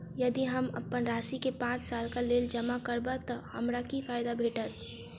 यदि हम अप्पन राशि केँ पांच सालक लेल जमा करब तऽ हमरा की फायदा भेटत?